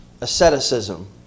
asceticism